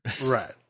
right